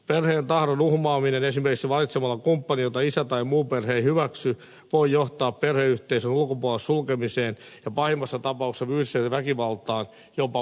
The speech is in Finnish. perheen tahdon uhmaaminen esimerkiksi valitsemalla kumppani jota isä tai muu perhe ei hyväksy voi johtaa perheyhteisön ulkopuolelle sulkemiseen ja pahimmassa tapauksessa fyysiseen väkivaltaan jopa murhaan